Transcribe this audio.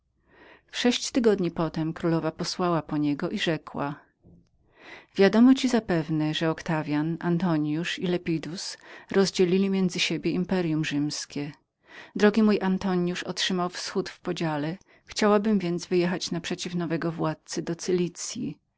sześć tygodni potom królowa posłała po niego i rzekła wiadomo ci zapewne że oktawian antonius i lepidus rozdzielili między siebie imperium rzymskie drogi mój antonius otrzymał wschód w podziele chciałabym więc wyjechać naprzeciw nowego władcy